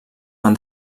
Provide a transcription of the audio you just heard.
van